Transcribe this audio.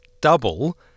double